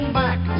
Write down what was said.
back